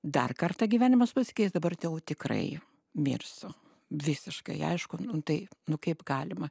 dar kartą gyvenimas pasikeis dabar tai jau tikrai mirsiu visiškai aišku tai nu kaip galima